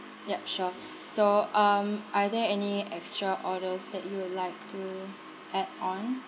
yup sure so um are there any extra orders that you would like to add on